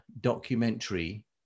documentary